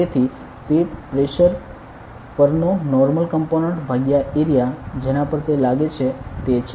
તેથી તે પ્રેશર પરનો નોર્મલ કોમ્પોનેંટ ભાગ્યા એરિયા જેના પર તે લાગે છે તે છે